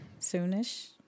soonish